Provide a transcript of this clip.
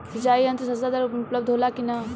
सिंचाई यंत्र सस्ता दर में उपलब्ध होला कि न?